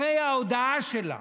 אחרי ההודעה שלה